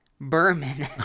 Berman